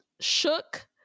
shook